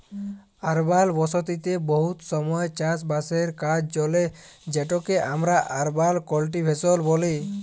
আরবাল বসতিতে বহুত সময় চাষ বাসের কাজ চলে যেটকে আমরা আরবাল কাল্টিভেশল ব্যলি